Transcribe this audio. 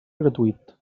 gratuït